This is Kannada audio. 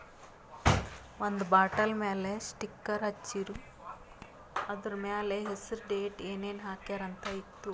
ಒಂದ್ ಬಾಟಲ್ ಮ್ಯಾಲ ಸ್ಟಿಕ್ಕರ್ ಹಚ್ಚಿರು, ಅದುರ್ ಮ್ಯಾಲ ಹೆಸರ್, ಡೇಟ್, ಏನೇನ್ ಹಾಕ್ಯಾರ ಅಂತ್ ಇತ್ತು